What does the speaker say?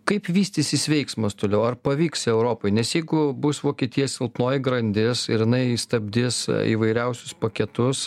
kaip vystysis veiksmas toliau ar pavyks europai nes jeigu bus vokietija silpnoji grandis ir jinai stabdis įvairiausius paketus